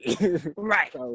Right